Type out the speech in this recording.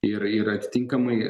ir ir atitinkamai